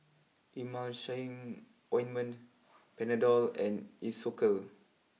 Emulsying Ointment Panadol and Isocal